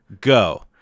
Go